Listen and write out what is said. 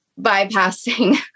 bypassing